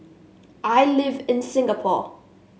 I live in Singapore